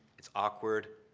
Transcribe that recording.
it's awkward.